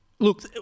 Look